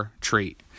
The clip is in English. Treat